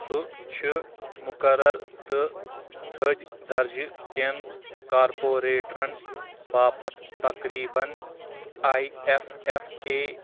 سُہ چھُ مُقرر تہٕ تھٔدۍ دَرجہٕ کٮ۪ن کارپوریٹرن باپتھ تقریٖبن آئی اٮ۪ف اٮ۪ف اےٚ